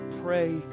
pray